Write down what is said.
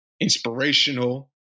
inspirational